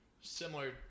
similar